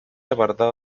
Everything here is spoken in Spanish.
apartado